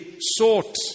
sought